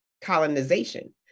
colonization